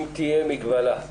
אם תהיה מגבלה.